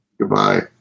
Goodbye